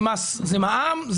זה מע"מ,